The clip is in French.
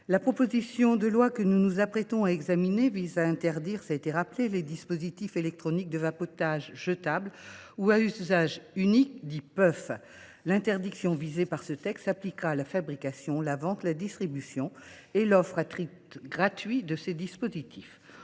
La proposition de loi que nous nous apprêtons à examiner vise à interdire les dispositifs électroniques de vapotage jetables ou à usage unique, dits puffs. L’interdiction visée par ce texte s’appliquera à la fabrication, la vente, la distribution et l’offre à titre gratuit de ces dispositifs.